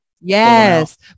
Yes